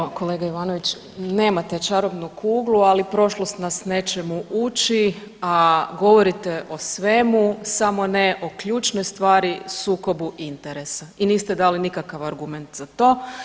Evo kolega Ivanovi, nemate čarobnu kuglu, ali prošlost nas nečemu uči, a govorite o svemu, samo ne o ključnoj stvari, sukobu interesa i niste dali nikakav argument za to.